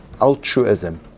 altruism